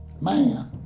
man